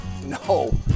No